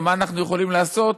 ומה אנחנו יכולים לעשות,